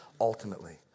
ultimately